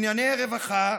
ענייני רווחה,